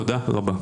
תודה רבה.